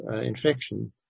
infection